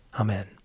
Amen